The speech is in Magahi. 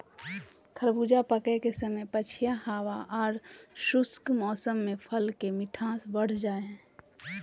खरबूजा पके समय पछिया हवा आर शुष्क मौसम में फल के मिठास बढ़ जा हई